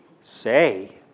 say